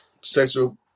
sexual